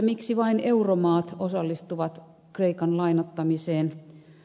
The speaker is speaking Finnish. miksi vain euromaat osallistuvat kreikan lainoittamiseen